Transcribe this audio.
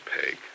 Peg